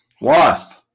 Wasp